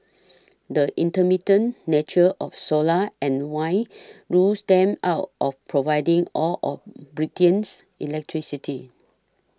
the intermittent nature of solar and wind rules them out of providing all of Britain's electricity